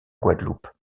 guadeloupe